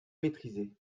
maîtrisée